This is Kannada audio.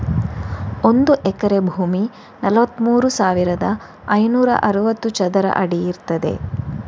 ಒಂದು ಎಕರೆ ಭೂಮಿ ನಲವತ್ತಮೂರು ಸಾವಿರದ ಐನೂರ ಅರವತ್ತು ಚದರ ಅಡಿ ಇರ್ತದೆ